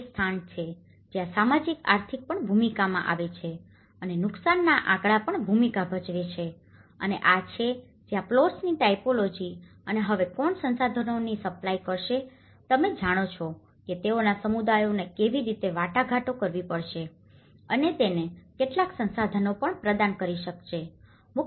આ તે સ્થાન છે જ્યાં સામાજિક આર્થિક પણ ભૂમિકામાં આવે છે અને નુકસાનના આંકડા પણ ભૂમિકા ભજવે છે અને આ એ છે જ્યાં પ્લોટ્સની ટાઇપોલોજી અને હવે કોણ સંસાધનોની સપ્લાય કરશે તમે જાણો છો કે તેઓના સમુદાયોને કેવી રીતે વાટાઘાટો કરવી પડશે તેને કેટલાક સંસાધનો પણ પ્રદાન કરી શકે છે